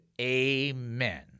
amen